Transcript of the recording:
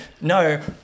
no